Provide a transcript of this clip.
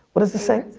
what is the saying?